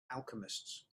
alchemists